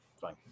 fine